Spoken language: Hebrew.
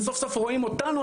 וסוף סוף רואים אותנו,